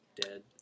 dead